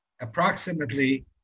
approximately